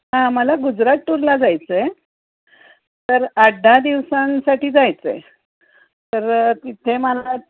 हां मला गुजरात टूरला जायचं आहे तर आठ दहा दिवसांसाठी जायचं आहे तर तिथे मला